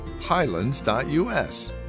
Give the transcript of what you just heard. highlands.us